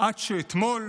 עד שאתמול,